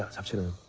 have to to